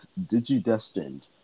Digi-Destined